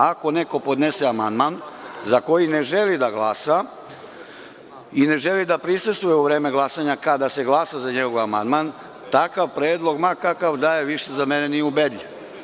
Ako neko podnese amandman za koji ne želi da glasa i ne želi da prisustvuje u vreme glasanja kada se glasa za njegov amandman, takav predlog, ma kakav da je, više za mene nije ubedljiv.